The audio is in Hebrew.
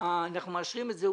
אנחנו מאשרים את זה.